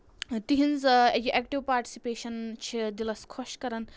تِہنٛز یہِ active participation چھِ دِلَس خۄش کران